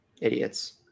Idiots